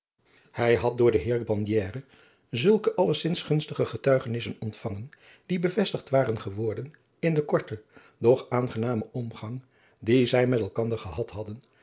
hij had door den heer bandiere zulke allezins gunstige getuigenissen ontvangen die bevestigd waren geworden in den korten doch aangenamen omgang dien zij met elkander gehad hadden